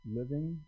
living